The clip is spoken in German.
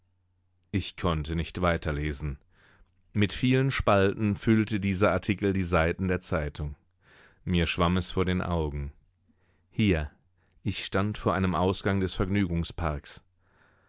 ich konnte nicht weiter lesen mit vielen spalten füllte dieser artikel die seiten der zeitung mir schwamm es vor den augen hier ich stand vor einem ausgang des vergnügungsparks